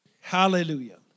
Hallelujah